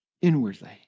Inwardly